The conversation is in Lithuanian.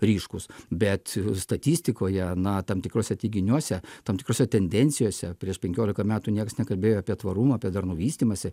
ryškūs bet statistikoje na tam tikruose teiginiuose tam tikrose tendencijose prieš penkiolika metų niekas nekalbėjo apie tvarumą apie darnų vystymąsi